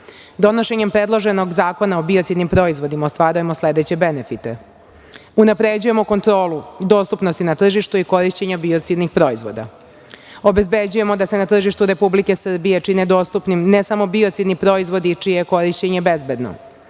sredinu. Donošenjem predloženog Zakona o biocidnim proizvodima, ostvarujemo sledeće benefite: unapređujemo kontrolu dostupnosti na tržištu i korišćenja biocidnih proizvoda, obezbeđujemo da se na tržištu Republike Srbije čine dostupnim ne samo biocidni proizvodi čije je korišćenje bezbedno,